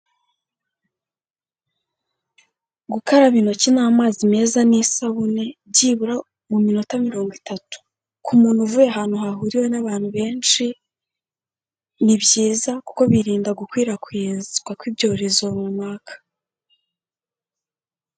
Gukaraba intoki n'amazi meza n'isabune, byibura mu minota mirongo itatu. Ku muntu uvuye ahantu hahuriwe n'abantu benshi, ni byiza kuko birinda gukwirakwizwa, ku ibyorezo runaka.